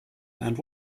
and